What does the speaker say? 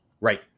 right